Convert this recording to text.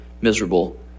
miserable